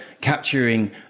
capturing